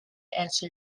answer